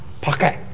pocket